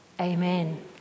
Amen